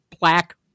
black